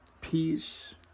peace